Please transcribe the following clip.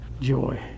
joy